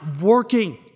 working